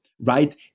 right